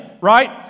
Right